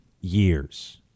years